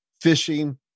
fishing